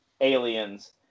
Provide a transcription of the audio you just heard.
aliens